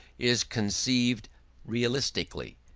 is conceived realistically.